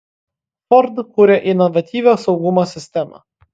ford kuria inovatyvią saugumo sistemą